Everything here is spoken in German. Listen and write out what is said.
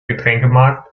getränkemarkt